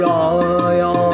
Raya